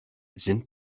sind